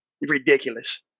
Ridiculous